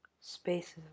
spaces